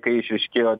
kai išryškėjo